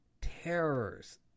terrors